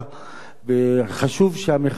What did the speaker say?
חשוב שהמחאה תצליח,